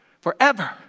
Forever